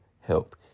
help